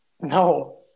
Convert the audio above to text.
No